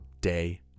Day